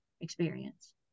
experience